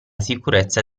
sicurezza